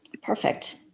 Perfect